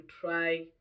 try